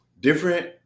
different